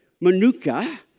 manuka